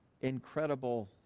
incredible